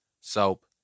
soap